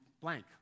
blank